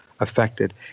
Affected